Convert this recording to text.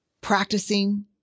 practicing